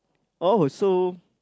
oh so